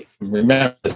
remember